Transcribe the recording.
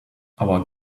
our